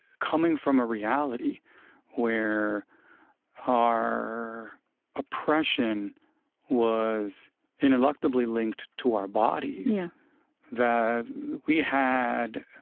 coming from a reality where our oppression was ineluctably linked to our bodies yeah that we had,